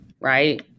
right